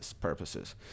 purposes